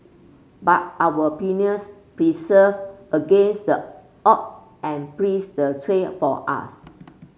but our pioneers persevered against the odd and breeze the trail for us